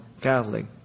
Catholic